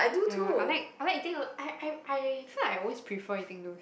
ya I like I like eating I I I feel like I always prefer eating those